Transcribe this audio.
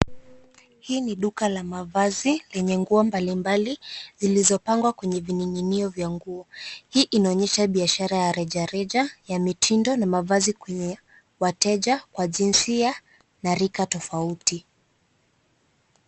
Hii ni duka la mavazi lenye nguo mbali mbali zilizo pangwa kwenye vininginio vya nguo. Hii inaonyesha biashara ya reja reja ya mitindo na mavazi kwenye wateja kwa jinsia na rika tofauti.